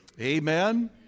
Amen